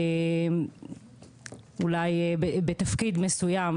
אולי בתפקיד מסוים